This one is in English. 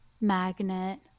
magnet